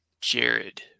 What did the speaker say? Jared